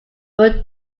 were